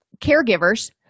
caregivers